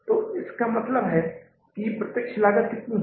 तो इसका मतलब है कि प्रत्यक्ष लागत कितनी है